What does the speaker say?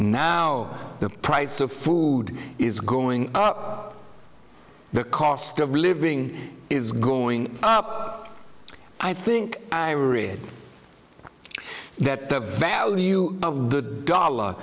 now the price of food is going up the cost of living is going up i think i read that the value of the dollar